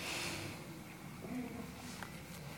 בעלי גם כן